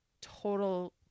total